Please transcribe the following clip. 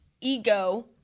ego